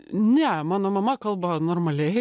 ne mano mama kalba normaliai